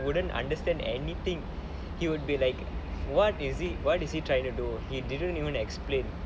wouldn't understand anything he would be like what is it why is he trying to do he didn't even explain